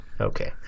Okay